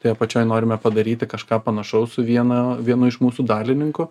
tai apačioj norime padaryti kažką panašaus su viena vienu iš mūsų dalininkų